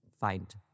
find